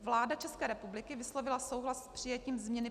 Vláda České republiky vyslovila souhlas s přijetím změny